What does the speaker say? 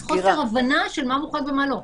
ולכן יש פה קצת חוסר הבנה של מה מוחרג ומה לא.